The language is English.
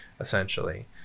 essentially